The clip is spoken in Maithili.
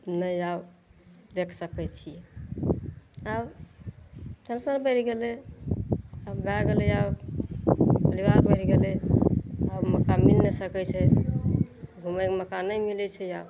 नहि आब देख सकय छियै आब पैसो बढ़ि गेलय भए गेलय आब किराया बढ़ि गेलय आब मौका मिल नहि सकय छै घूमयके मौका नहि मिलय छै आब